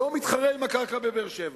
לא מתחרה עם הקרקע בבאר-שבע.